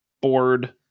board